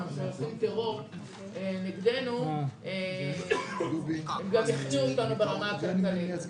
שעושים טרור נגדנו הם גם יחטיאו אותנו ברמה הכלכלית.